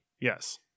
yes